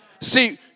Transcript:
See